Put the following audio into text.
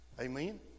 Amen